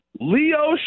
Leo